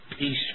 Peace